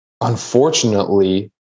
unfortunately